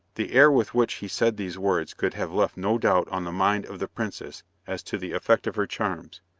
the air with which he said these words could have left no doubt on the mind of the princess as to the effect of her charms,